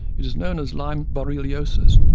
it is known as lyme borreliosis,